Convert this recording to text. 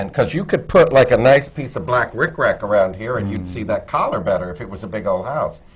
and cuz you could put like a nice piece of black rickrack around here, and you'd see that collar better if it was a big, old house.